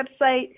website